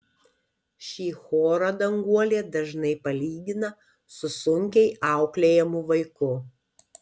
šį chorą danguolė dažnai palygina su sunkiai auklėjamu vaiku